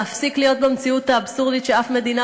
להפסיק להיות במציאות האבסורדית כשאף מדינה